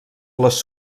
les